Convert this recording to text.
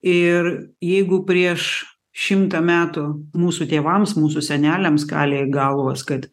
ir jeigu prieš šimtą metų mūsų tėvams mūsų seneliams kalė į galvas kad